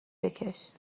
بکش